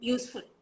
Useful